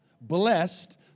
Blessed